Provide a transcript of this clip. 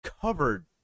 covered